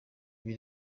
ibi